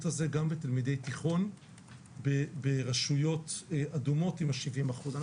הזאת גם לגבי תלמידי תיכון ברשויות אדומות עם ה-70 אחוזים.